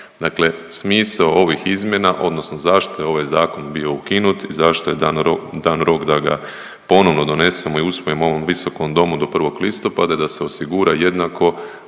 dakle smisao ovih izmjena odnosno zašto je ovaj zakon bio ukinut i zašto je dan rok da ga ponovno donesemo i usvojimo u ovom visokom domu do 1. listopada je da se osigura jednako